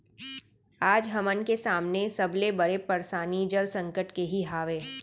आज हमन के सामने सबले बड़े परसानी जल संकट के ही हावय